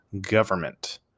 government